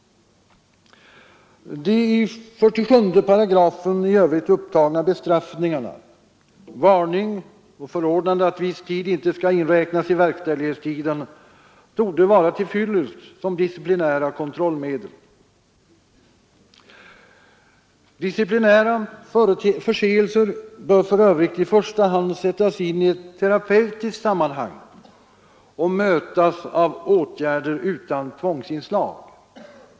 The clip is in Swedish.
De i 47 § i övrigt upptagna bestraffningarna, varning och förordnande att viss tid inte skall inräknas i verkställighetstiden, torde vara till fyllest som disciplinära kontrollmedel. Disciplinära förseelser bör för övrigt i första hand sättas in i ett terapeutiskt sammanhang och mötas av åtgärder utan tvångsinslag.